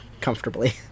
comfortably